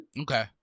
Okay